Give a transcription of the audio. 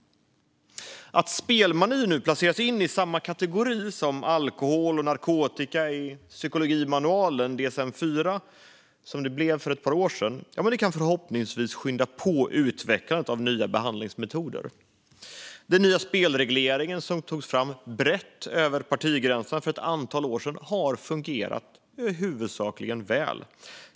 Att spelmani sedan ett par år tillbaka placeras i samma kategori som beroende av alkohol och narkotika i psykologimanualen DSMIV kan förhoppningsvis skynda på utvecklandet av behandlingsmetoder. Den nya spelregleringen som togs fram brett över partigränserna för ett antal år sedan har i huvudsak fungerat väl.